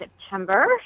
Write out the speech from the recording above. September